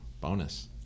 Bonus